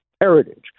heritage